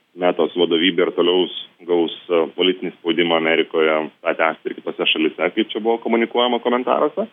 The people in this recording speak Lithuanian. metos vadovybė ir toliaus gaus politinį spaudimą amerikoje tą tęsti ir kitose šalyse kaip čia buvo komunikuojama komentaruose